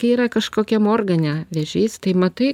kai yra kažkokiam organe vėžys tai matai